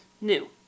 new